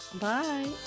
bye